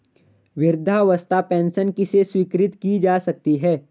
वृद्धावस्था पेंशन किसे स्वीकृत की जा सकती है?